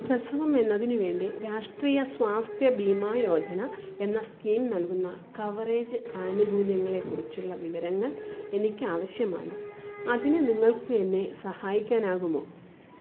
പ്രസവം എന്നതിനു വേണ്ടി രാഷ്ട്രീയ സ്വാസ്ഥ്യ ബീമാ യോജന എന്ന സ്കീം നൽകുന്ന കവറേജ് ആനുകൂല്യങ്ങളെക്കുറിച്ചുള്ള വിവരങ്ങൾ എനിക്ക് ആവശ്യമാണ് അതിന് നിങ്ങൾക്ക് എന്നെ സഹായിക്കാനാകുമോ